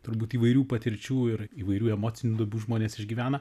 turbūt įvairių patirčių ir įvairių emocinių duobių žmonės išgyvena